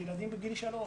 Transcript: אלה ילדים בגיל שלוש.